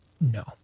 no